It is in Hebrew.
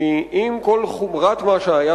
כי עם כל חומרת מה שהיה,